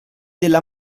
della